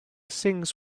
sings